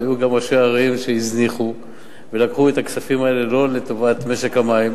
היו גם ראשי ערים שהזניחו ולקחו את הכספים האלה לא לטובת משק המים,